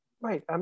Right